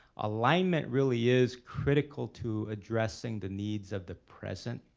alignment really is critical to addressing the needs of the present,